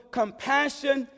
compassion